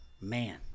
Man